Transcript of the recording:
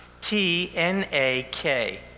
T-N-A-K